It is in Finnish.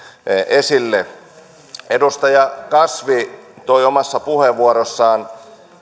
esille edustaja kasvi esitti omassa puheenvuorossaan